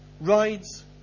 Rides